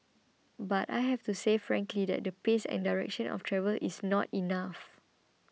but I have to say quite frankly that the pace and direction of travel is not enough